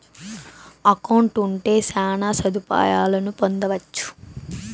account ఉంటే శ్యాన సదుపాయాలను పొందొచ్చు